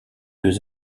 deux